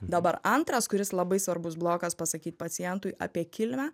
dabar antras kuris labai svarbus blokas pasakyt pacientui apie kilmę